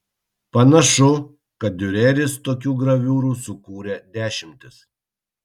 panašu kad diureris tokių graviūrų sukūrė dešimtis